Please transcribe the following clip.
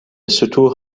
ستوه